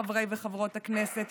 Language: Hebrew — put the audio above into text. חברי וחברות הכנסת,